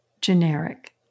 Generic